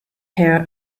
her